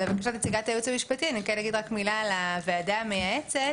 לבקשת נציגת הייעוץ המשפטי אני רק אגיד מילה לוועדה המייעצת